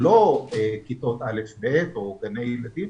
ולא רק על כיתות א'-ב' וגני ילדים.